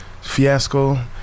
fiasco